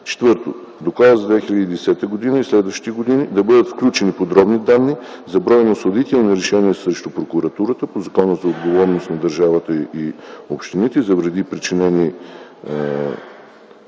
4. В Доклада за 2010 г. и следващите години да бъдат включени подробни данни за броя осъдителни решения срещу прокуратурата по Закона за отговорност на държавата и общините за вреди, причините